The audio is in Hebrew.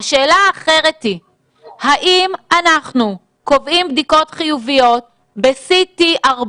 השאלה האחרת היא האם אנחנו קובעים בדיקות חיוביות ב-CT 40